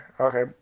okay